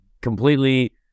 completely